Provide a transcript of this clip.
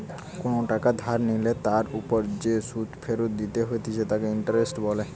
কোনো টাকা ধার নিলে তার ওপর যে সুধ ফেরত দিতে হতিছে তাকে ইন্টারেস্ট বলে